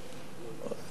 שגריר,